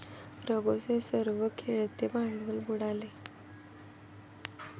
रघूचे सर्व खेळते भांडवल बुडाले